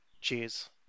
Cheers